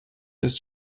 ist